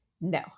no